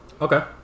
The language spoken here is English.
Okay